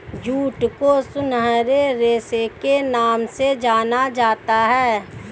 jute को सुनहरे रेशे के नाम से जाना जाता है